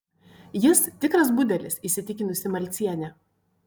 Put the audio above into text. jis tikras budelis įsitikinusi malcienė